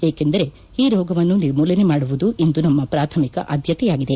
ಏಕೆಂದರೆ ಈ ರೋಗವನ್ನು ನಿರ್ಮೂಲನೆ ಮಾಡುವುದು ಇಂದು ನಮ್ನ ಪಾಥಮಿಕ ಆದ್ಯತೆಯಾಗಿದೆ